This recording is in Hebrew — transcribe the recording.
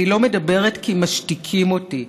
אני לא מדברת כי משתיקים אותי.